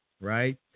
right